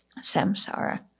samsara